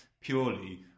purely